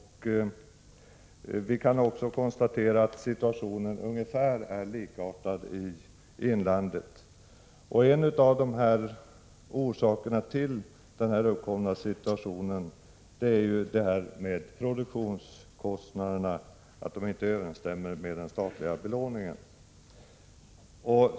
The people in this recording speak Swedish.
Vi kan konstatera att situationen är ungefär likartad i inlandet. En av orsakerna till den uppkomna situationen är ju att produktionskostnaderna inte överensstämmer med den statliga belåningen.